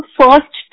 first